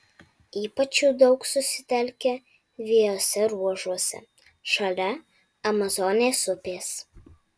ypač jų daug susitelkę dviejuose ruožuose šalia amazonės upės